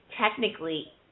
technically